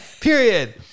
period